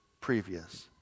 previous